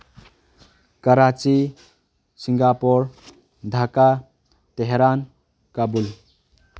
Karachi Singapore Dhaka Tehran Kabul